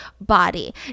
body